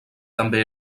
també